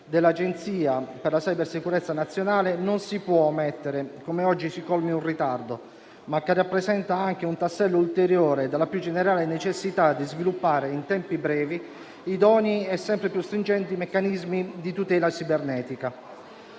dell'Agenzia per la cybersicurezza nazionale non si può omettere come oggi si colmi un ritardo; al tempo stesso, il provvedimento rappresenta anche un tassello ulteriore nella più generale necessità di sviluppare in tempi brevi idonei e sempre più stringenti meccanismi di tutela cibernetica.